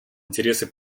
интересы